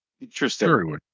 Interesting